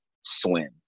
swim